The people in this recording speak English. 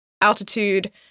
altitude